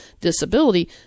disability